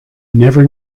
never